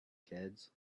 kids